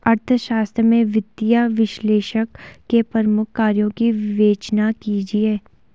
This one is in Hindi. अर्थशास्त्र में वित्तीय विश्लेषक के प्रमुख कार्यों की विवेचना कीजिए